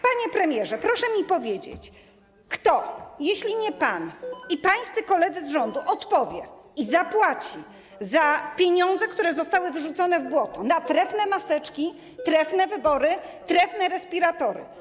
Panie premierze, proszę mi powiedzieć, kto - jeśli nie pan Dzwonek i pana koledzy z rządu - odpowie, zapłaci za te pieniądze, które zostały wyrzucone w błoto na trefne maseczki, trefne wybory, trefne respiratory?